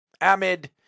amid